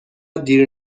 دیر